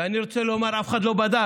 ואני רוצה לומר: אף אחד לא בדק,